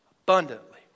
abundantly